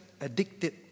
addicted